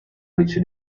vice